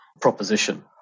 proposition